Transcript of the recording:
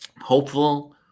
Hopeful